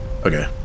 Okay